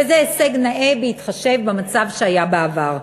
וזה הישג נאה בהתחשב במצב שהיה בעבר.